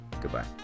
Goodbye